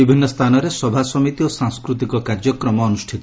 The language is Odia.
ବିଭିନୁ ସ୍ଥାନରେ ସଭାସମିତି ଓ ସାଂସ୍କୃତିକ କାର୍ଯ୍ୟକ୍ରମ ଅନୁଷ୍ଠିତ